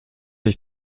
ich